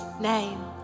name